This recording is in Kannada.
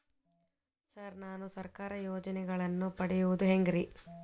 ಸರ್ ನಾನು ಸರ್ಕಾರ ಯೋಜೆನೆಗಳನ್ನು ಪಡೆಯುವುದು ಹೆಂಗ್ರಿ?